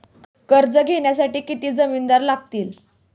कर्ज घेण्यासाठी किती जामिनदार लागतील?